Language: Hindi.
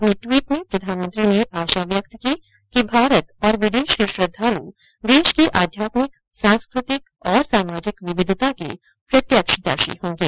अपने ट्वीट में प्रधानमंत्री ने आशा व्यक्त की कि भारत और विदेश के श्रद्धालु देश की अध्यात्मिक सांस्कृतिक और सामाजिक विविधता के प्रत्यक्षदर्शी होंगे